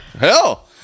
hell